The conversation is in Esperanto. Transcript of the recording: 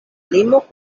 limo